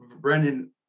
Brandon